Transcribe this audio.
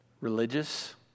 religious